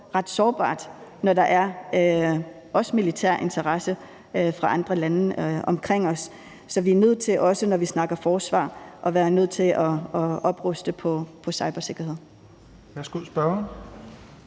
ret sårbart, når der også er militær interesse fra andre lande omkring os. Så vi er nødt til, også når vi snakker forsvar, at opruste i forhold til cybersikkerhed.